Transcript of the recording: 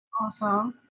Awesome